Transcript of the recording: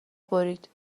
برید